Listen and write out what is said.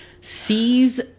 sees